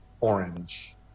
orange